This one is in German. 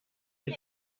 wir